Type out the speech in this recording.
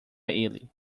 ele